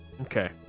okay